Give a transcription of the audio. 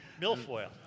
Milfoil